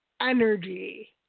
energy